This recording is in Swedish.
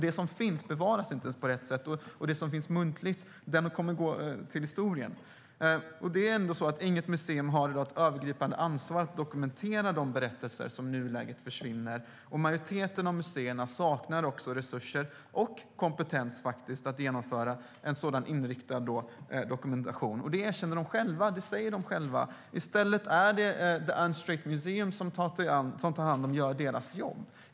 Det som finns bevaras inte ens på rätt sätt, och det som finns muntligt kommer att gå ur historien. Inget museum har i dag ett övergripande ansvar att dokumentera de berättelser som i nuläget försvinner. Majoriteten av museerna saknar också resurser och kompetens att genomföra en sådan inriktad dokumentation. Det erkänner och säger de själva. I stället är det The Unstraight Museum som tar hand om och gör deras jobb.